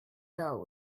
fell